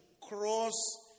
cross